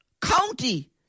county